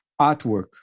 artwork